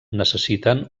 necessiten